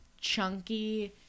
chunky